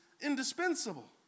indispensable